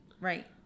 Right